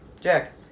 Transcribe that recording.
Jack